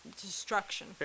destruction